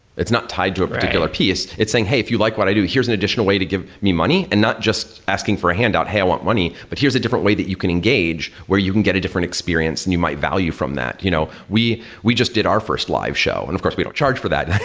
it's not tied to a particular piece. it's saying, hey, if you like what i do, here's an additional way to give me money, and not just asking for a handout, hey, i want money, but here's a different way that you can engage where you can get a different experience and you might value from that. you know we we just did our first live show, and of course we don't charge for that.